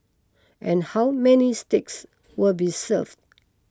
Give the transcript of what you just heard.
and how many steaks will be served